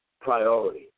Priority